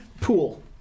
pool